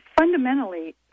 fundamentally